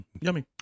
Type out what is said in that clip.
Yummy